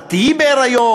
את תהיי בהיריון?